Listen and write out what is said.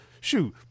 shoot